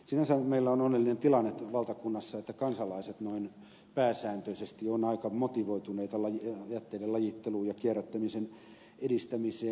sinänsä meillä on onnellinen tilanne valtakunnassa että kansalaiset noin pääsääntöisesti ovat aika motivoituneita jätteiden lajittelun ja kierrättämisen edistämiseen